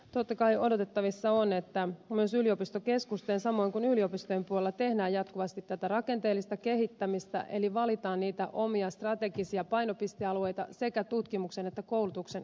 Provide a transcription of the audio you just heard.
totta kai odotettavissa on että myös yliopistokeskusten samoin kuin yliopistojen puolella tehdään jatkuvasti tätä rakenteellista kehittämistä eli valitaan niitä omia strategisia painopistealueita sekä tutkimuksen että koulutuksen osalta